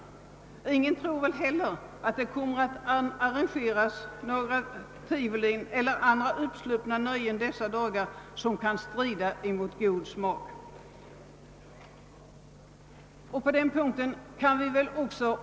Ingen tror väl heller att det under just dessa dagar kommer att arrangeras några uppsluppna nöjen vilka kan strida mot god smak.